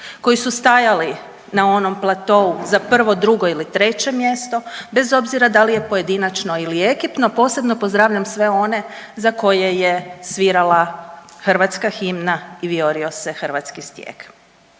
koji su stajali na onom platou za 1., 2. ili 3. mjesto, bez obzira da li je pojedinačno ili ekipno, posebno pozdravljam sve one za koje je svirala hrvatska himna i vijorio se hrvatski stijeg